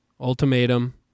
Ultimatum